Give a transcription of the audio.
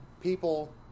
people